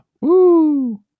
Woo